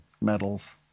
medals